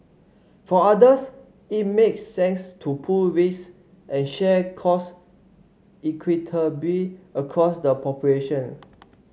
for others it makes sense to pool risk and share costs equitably across the population